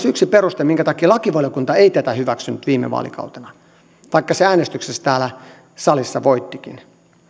yksi peruste minkä takia lakivaliokunta ei tätä hyväksynyt viime vaalikautena vaikka se äänestyksessä täällä salissa voittikin